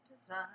design